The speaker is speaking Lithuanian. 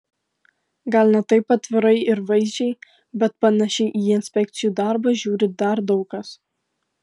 gal ne taip atvirai ir vaizdžiai bet panašiai į inspekcijų darbą žiūri dar daug kas